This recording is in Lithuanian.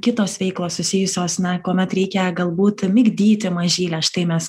kitos veiklos susijusios na kuomet reikia galbūt migdyti mažylę štai mes